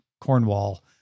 Cornwall